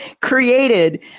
created